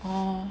oh